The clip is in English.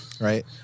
Right